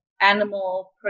animal